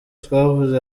twavuze